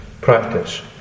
practice